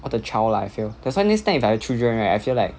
all the child lah I feel that's right next time if I have children right I feel like